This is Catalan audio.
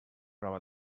roba